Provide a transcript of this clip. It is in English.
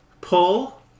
Pull